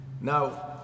Now